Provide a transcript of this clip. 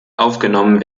aufgenommen